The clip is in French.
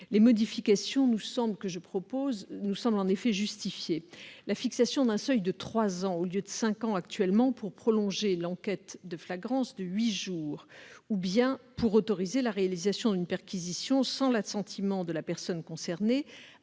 Ces modifications que je propose nous semblent justifiées. Ainsi, la fixation d'un seuil de trois ans au lieu de cinq permettant de prolonger l'enquête de flagrance de huit jours ou pour autoriser la réalisation d'une perquisition sans l'assentiment de la personne concernée